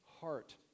heart